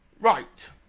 Right